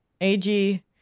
AG